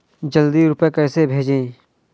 जल्दी रूपए कैसे भेजें?